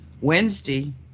Wednesday